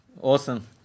awesome